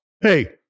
Hey